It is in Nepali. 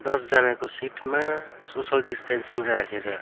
दसजनाको सिटमा सोसियल डिस्टान्सिङ राखेर